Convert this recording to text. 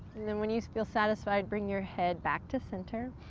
and then when you feel satisfied, bring your head back to center,